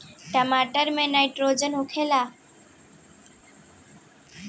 टमाटर मे नाइट्रोजन होला?